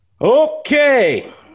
Okay